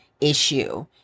issue